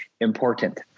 important